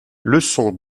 leçons